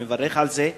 אני מברך על זה,